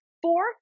Four